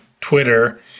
Twitter